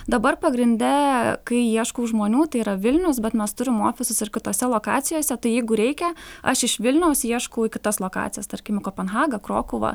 dabar pagrinde kai ieškau žmonių tai yra vilniaus bet mes turim ofisus ir kitose lokacijose tai jeigu reikia aš iš vilniaus ieškau į kitas lokacijas tarkim į kopenhagą krokuvą